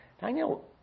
Daniel